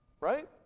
Right